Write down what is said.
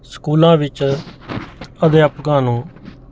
ਸਕੂਲਾਂ ਵਿੱਚ ਅਧਿਆਪਕਾਂ ਨੂੰ